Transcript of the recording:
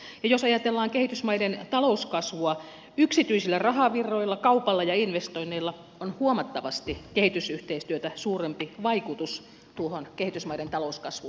ja jos ajatellaan kehitysmaiden talouskasvua yksityisillä rahavirroilla kaupalla ja investoinneilla on huomattavasti kehitysyhteistyötä suurempi vaikutus tuohon kehitysmaiden talouskasvuun